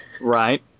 Right